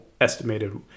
estimated